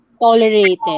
tolerated